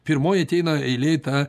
pirmoji ateina eilė ta